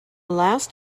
last